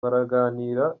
baraganira